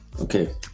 Okay